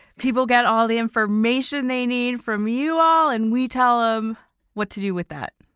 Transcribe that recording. people get all the information they need from you all and we tell ah them what to do with that.